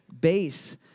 Base